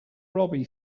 robbie